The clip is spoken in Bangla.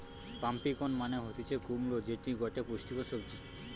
পাম্পিকন মানে হতিছে কুমড়ো যেটি গটে পুষ্টিকর সবজি